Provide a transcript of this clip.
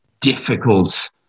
difficult